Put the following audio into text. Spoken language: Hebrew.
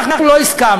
אנחנו לא הסכמנו,